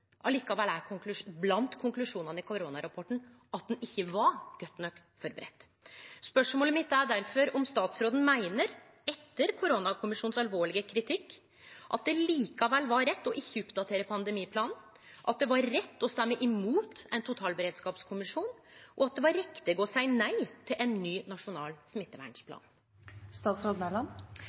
Likevel er ein av konklusjonane i koronarapporten at ein ikkje var godt nok førebudd. Spørsmålet mitt er difor om statsråden meiner, etter koronakommisjonens alvorlege kritikk, at det likevel var rett å ikkje oppdatere pandemiplanen, at det var rett å stemme imot ein totalberedskapskommisjon, og at det var riktig å seie nei til ein ny nasjonal